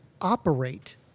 operate